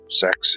sex